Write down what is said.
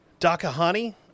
Dakahani